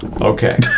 okay